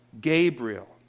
Gabriel